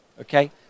okay